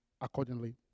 accordingly